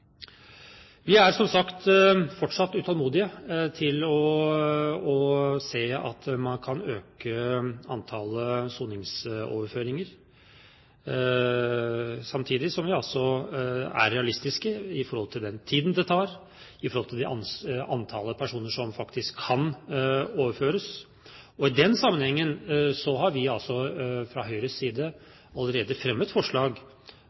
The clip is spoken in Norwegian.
Vi er som sagt fortsatt utålmodige etter å se om man kan øke antallet soningsoverføringer, samtidig som vi altså er realistiske med hensyn til den tiden det tar når det gjelder det antallet personer som faktisk kan overføres. I den sammenheng har vi fra Høyres side allerede fremmet forslag